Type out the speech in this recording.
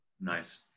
Nice